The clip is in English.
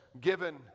given